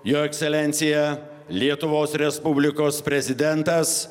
jo ekscelencija lietuvos respublikos prezidentas